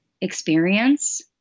experience